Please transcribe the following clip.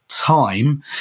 Time